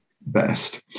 best